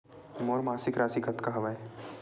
मोर मासिक राशि कतका हवय?